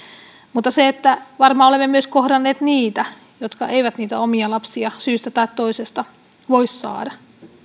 mutta varmaan olemme myös kohdanneet niitä jotka eivät niitä omia lapsia syystä tai toisesta voi saada